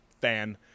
fan